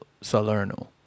Salerno